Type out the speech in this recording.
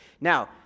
Now